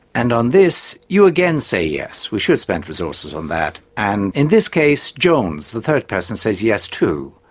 and on this you again say yes, we should spend resources on that, and in this case jones, the third person, says yes too,